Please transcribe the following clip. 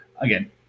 again